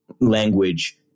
language